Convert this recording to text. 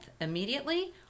immediately